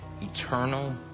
eternal